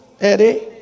Eddie